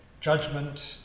judgment